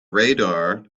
radar